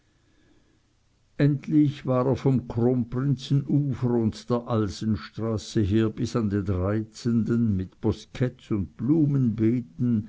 endlich war er vom kronprinzen ufer und der alsenstraße her bis an den reizenden mit bosquets und